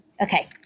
Okay